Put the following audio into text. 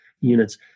units